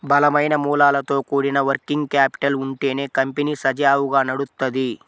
బలమైన మూలాలతో కూడిన వర్కింగ్ క్యాపిటల్ ఉంటేనే కంపెనీ సజావుగా నడుత్తది